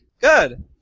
Good